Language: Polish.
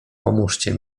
pomóżcie